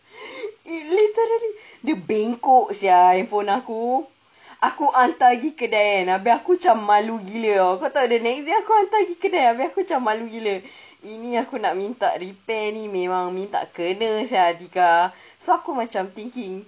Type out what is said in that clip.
it literally dia bengkok [sial] phone aku aku hantar pergi kedai kan tapi aku macam malu gila [tau] kau tahu the next day aku hantar pergi kedai tapi aku macam malu gila ini aku nak minta repair ni memang minta kena [sial] atiqah so aku macam thinking